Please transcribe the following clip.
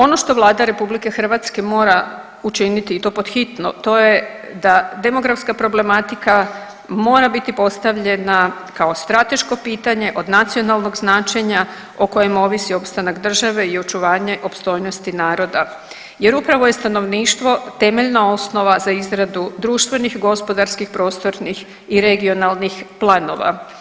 Ono što Vlada RH mora učiniti i to pod hitno, to je da demografska problematika mora biti postavljena kao strateško pitanje od nacionalnog značenja, o kojima ovisi opstanak države i očuvanje opstojnosti naroda jer upravo je stanovništvo temeljna osnova za izradu društvenih, gospodarskih, prostornih i regionalnih planova.